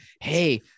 Hey